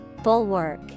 Bulwark